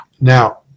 now